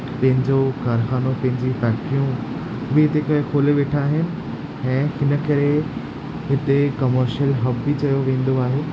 पंहिंजो कारखानो पंहिंजी फैक्टरियूं बि हिते करे खोले वेठा आहिनि ऐं हिन करे हिते कमर्शियल हब बि चयो वेंदो आहे